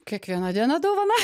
kiekviena diena dovana